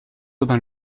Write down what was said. aubin